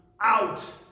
out